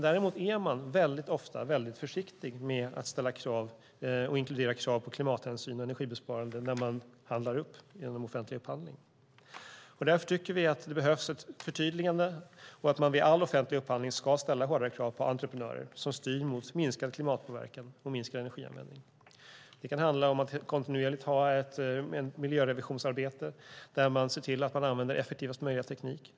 Däremot är man ofta väldigt försiktig med att ställa krav och inte driva krav på klimathänsyn och energibesparande när man handlar upp genom offentlig upphandling. Därför tycker vi att det behövs ett förtydligande och att man vid all offentlig upphandling ska ställa hårdare krav på entreprenörer som styr mot minskad klimatpåverkan och minskad energianvändning. Det kan handla om att kontinuerligt ha ett miljörevisionsarbete där man ser till att man använder effektivast möjliga teknik.